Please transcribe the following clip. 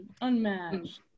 unmatched